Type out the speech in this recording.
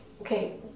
okay